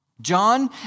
John